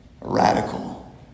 radical